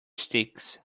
sticks